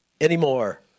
anymore